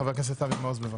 חבר הכנסת אבי מעוז, בבקשה.